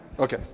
Okay